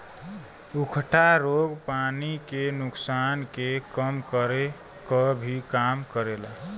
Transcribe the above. उकठा रोग पानी के नुकसान के कम करे क भी काम करेला